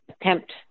attempt